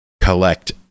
collect